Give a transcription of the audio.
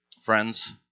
friends